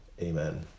amen